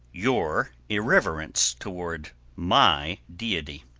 your irreverence toward my deity.